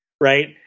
right